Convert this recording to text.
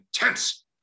intense